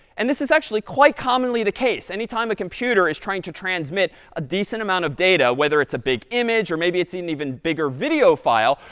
and this is actually quite commonly the case. any time a computer is trying to transmit a decent amount of data, whether it's a big image or maybe it's an even bigger video file,